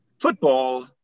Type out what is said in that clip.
football